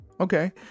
okay